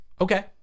okay